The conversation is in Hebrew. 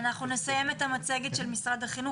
אנחנו נסיים את המצגת של משרד החינוך